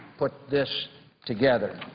put this together.